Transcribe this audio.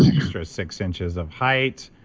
extra six inches of height,